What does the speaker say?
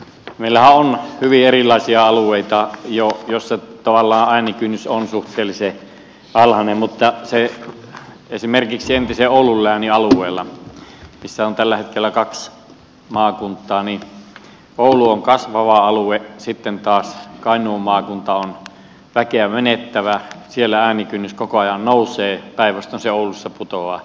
meillähän on hyvin erilaisia alueita joissa tavallaan äänikynnys on suhteellisen alhainen mutta esimerkiksi entisen oulun läänin alueella missä on tällä hetkellä kaksi maakuntaa oulu on kasvava alue ja sitten taas kainuun maakunta on väkeä menettävä ja kun siellä äänikynnys koko ajan nousee päinvastoin se oulussa putoaa